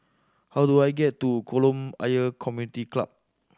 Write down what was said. how do I get to Kolam Ayer Community Club